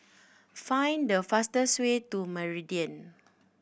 find the fastest way to Meridian